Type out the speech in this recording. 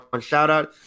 shout-out